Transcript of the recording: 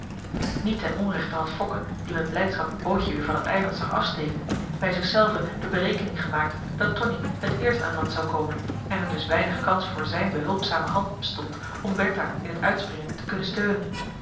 niet ten onrechte had fokke die met blijdschap het bootje weer van het eiland zag afsteken bij zich zelven de berekening gemaakt dat tonie het eerst aan land zou komen en er dus weinig kans voor zijn behulpzame hand bestond om bertha in het uitspringen te kunnen steunen